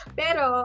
pero